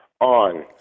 on